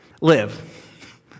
live